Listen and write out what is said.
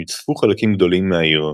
יוצפו חלקים גדולים מהעיר.